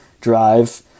drive